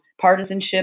partisanship